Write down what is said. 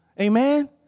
Amen